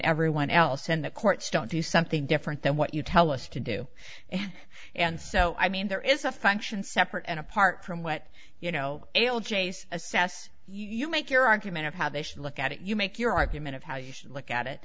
everyone else and the courts don't do something different than what you tell us to do and and so i mean there is a function separate and apart from what you know l jase assess you make your argument of how they should look at it you make your argument of how you should look at it